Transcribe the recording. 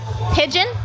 pigeon